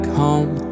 home